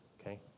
okay